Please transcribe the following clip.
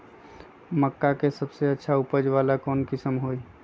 मक्का के सबसे अच्छा उपज वाला कौन किस्म होई?